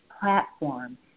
platform